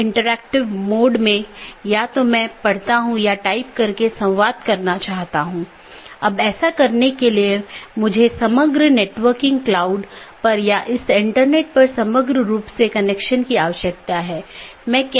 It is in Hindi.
यदि आप याद करें तो हमने एक पाथ वेक्टर प्रोटोकॉल के बारे में बात की थी जिसने इन अलग अलग ऑटॉनमस सिस्टम के बीच एक रास्ता स्थापित किया था